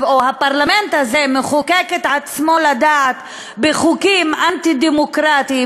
או הפרלמנט הזה מחוקק את עצמו לדעת בחוקים אנטי-דמוקרטיים,